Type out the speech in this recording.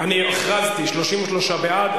אני שוב פעם אומר.